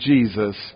Jesus